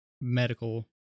medical